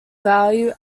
value